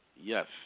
Yes